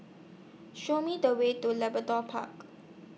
Show Me The Way to Park